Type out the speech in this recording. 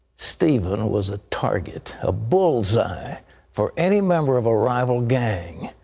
stephen was a target, a bull's eye for any member of a rival gang.